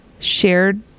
shared